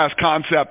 concept